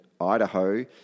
Idaho